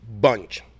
Bunch